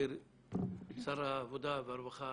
מאיר, שר העבודה והרווחה